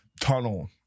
tunnel